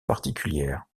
particulière